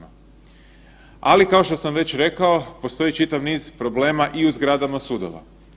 Ali kao što sam već rekao postoji čitav niz problema i u zgradama sudova.